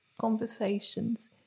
conversations